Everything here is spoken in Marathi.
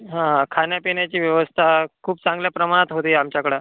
हा खाण्यापिण्याची व्यवस्था खूप चांगल्या प्रमाणात होते आमच्याकडं